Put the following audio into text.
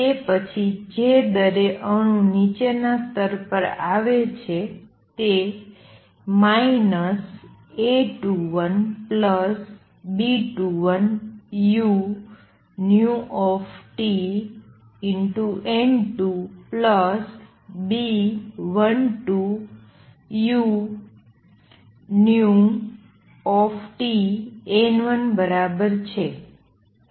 તે પછી જે દરે અણુ નીચેના સ્તર પર આવે છે તે A21B21uTN2B12uTN1 બરાબર છે